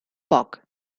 poc